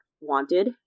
wanted